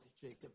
Jacob